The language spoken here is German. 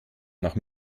nach